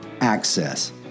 Access